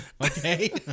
okay